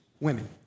women